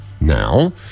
Now